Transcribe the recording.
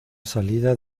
salida